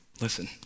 listen